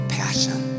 passion